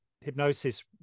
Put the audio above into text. hypnosis